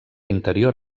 interior